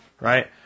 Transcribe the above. right